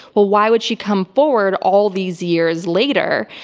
but why would she come forward all these years later?